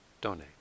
donate